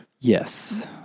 Yes